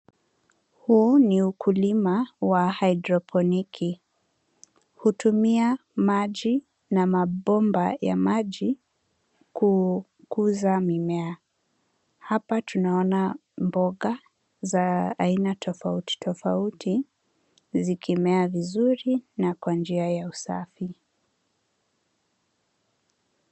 Huu ni ukulima wa haidroponiki, hutumia maji na mabomba ya maji kukuza mimea. Hapa tunaona mboga za aina tofauti, tofauti, zikimea vizuri na kwa njia ya usafi.